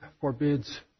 forbids